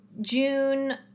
June